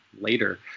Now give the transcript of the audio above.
later